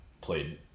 played